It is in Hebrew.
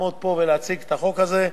לעמוד פה ולהציג את החוק הזה.